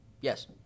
Yes